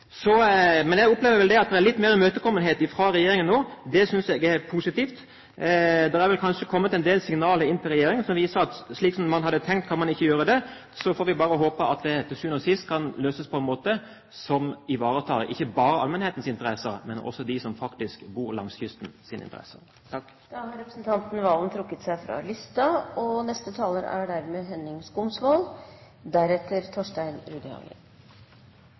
Men jeg opplever vel at det er litt mer imøtekommenhet fra regjeringen nå. Det synes jeg er positivt. Det er vel kanskje kommet en del signaler inn til regjeringen som viser at slik som man har tenkt, kan man ikke gjøre det. Så får vi bare håpe at det til sjuende og sist kan løses på en måte som ikke bare ivaretar allmennhetens interesser, men også dem som faktisk bor langs kysten. Disse tre minuttene skal jeg bruke til å vise et par eksempler fra hjemkommunen min, Farsund, og nabokommunen Flekkefjord. På Sørlandet er